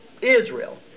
Israel